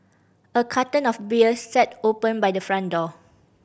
a carton of beer sat open by the front door